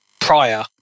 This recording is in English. prior